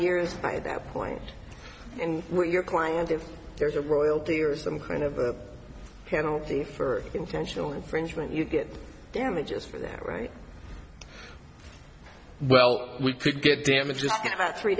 years by that point in your client if there's a royalty or some kind of a penalty for intentional infringement you get damages for that right well we could get damage